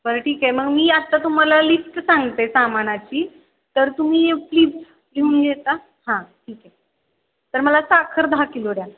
बरं ठीक आहे म मी आत्ता तुम्हाला लिस्ट सांगते सामानाची तर तुम्ही प्लीज घेऊन घेता हां ठीके तर मला साखर दहा किलो द्या